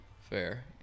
Fair